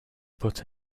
put